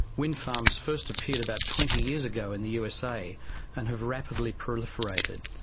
wind farms first appeared about twenty years ago in the usa and have rapidly proliferated.